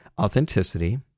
authenticity